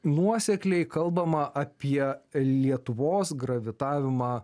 nuosekliai kalbama apie lietuvos gravitavimą